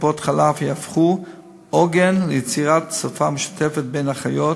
טיפות-חלב ייהפכו עוגן ליצירת שפה משותפת בין אחיות,